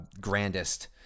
grandest